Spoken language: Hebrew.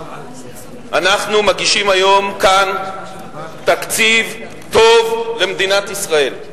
אנחנו מגישים היום כאן תקציב טוב למדינת ישראל.